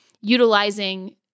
utilizing